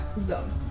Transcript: zone